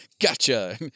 Gotcha